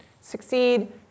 succeed